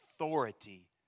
authority